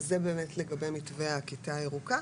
זה לגבי מתווה ה"כיתה הירוקה".